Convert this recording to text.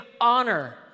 honor